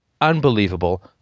Unbelievable